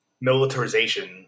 militarization